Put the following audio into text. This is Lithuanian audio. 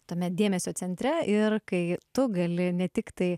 tame dėmesio centre ir kai tu gali ne tiktai